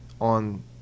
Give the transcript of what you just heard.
On